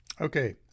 Okay